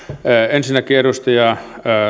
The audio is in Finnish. ensinnäkin edustaja